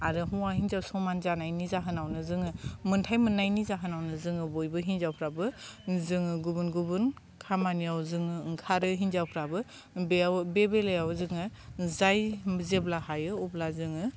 आरो हौवा हिनजाव समान जानायनि जाहोनावनो जोङो मोन्थाय मोननायनि जाहोनावनो जोङो बयबो हिनजावफ्राबो जोङो गुबुन गुबुन खामानियाव जोङो ओंखारो हिनजावफ्राबो बेयाव बे बेलायाव जोङो जाय जेब्ला हायो अब्ला जोङो